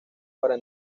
para